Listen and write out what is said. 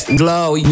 glow